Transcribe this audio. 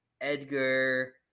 Edgar